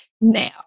now